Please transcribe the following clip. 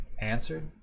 answered